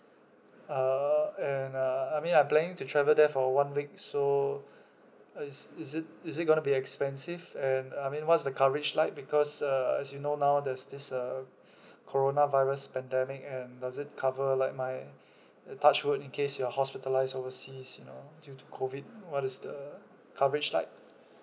uh and uh I mean I'm planning to travel there for one week so is is it is it gonna be expensive and I mean what's the coverage like because uh as you know now there's this uh corona virus pandemic and does it cover like my the touch wood in case you're hospitalised overseas you know due to COVID what is the coverage like